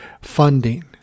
funding